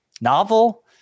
novel